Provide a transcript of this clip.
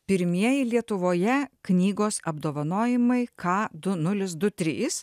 pirmieji lietuvoje knygos apdovanojimai ką du nuls du trys